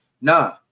Nah